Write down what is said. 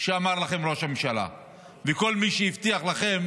שאמר לכם ראש הממשלה וכל מי שהבטיח לכם